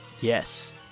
Yes